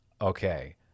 Okay